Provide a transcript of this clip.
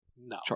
No